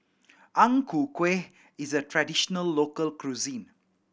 Ang Ku Kueh is a traditional local cuisine